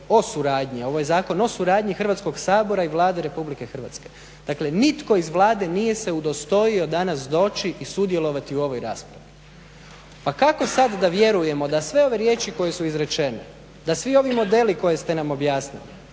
ovo je Zakon o suradnji Hrvatskog sabora i Vlade RH. dakle nitko iz Vlade se nije udostojao danas doći i sudjelovati u ovoj raspravi. Pa kako sada da vjerujemo da sve ove riječi koje su izrečene, da svi ovi modeli koje ste nam objasnili,